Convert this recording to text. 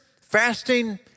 fasting